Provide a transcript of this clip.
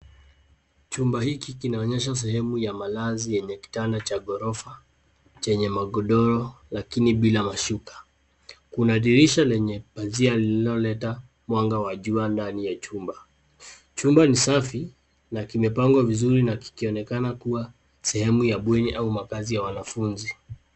Chumba hiki kinaonyesha sehemu ya malazi enye kitanda cha maghorofa chenye magodoro lakini bila mashuka. Kuna dirisha lenye pazia linaloleta mwanga wa jua ndani ya chumba. Chumba ni safi na kimepangwa vizuri na kikonekana kuwa sehemu ya bweni au makazi ya wanafunzi.